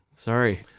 Sorry